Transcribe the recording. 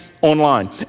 online